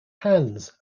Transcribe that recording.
hands